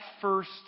first